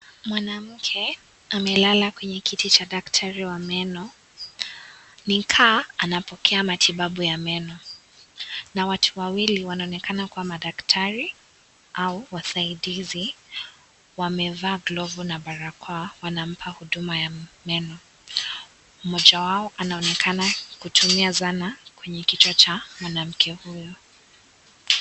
Mwanamke amelala kwenye kiti cha daktari wa meno Nikaa anapokea matibabu ya meno na watu wawili wanaonekana kwa madaktari au wasaidizi, wamevaa glovu na barakoa wanampa huduma ya meno. Mmoja wao anaonekana kutumia zanaa kwenye cha mwanamke huyo.